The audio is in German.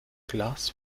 glas